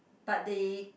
but they